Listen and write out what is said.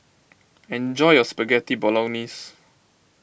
enjoy your Spaghetti Bolognese